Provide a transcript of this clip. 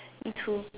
me too